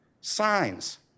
Signs